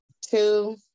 two